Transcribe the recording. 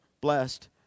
blessed